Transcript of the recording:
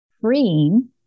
freeing